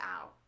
out